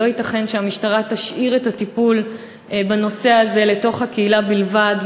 לא ייתכן שהמשטרה תשאיר את הטיפול בנושא הזה לקהילה בלבד,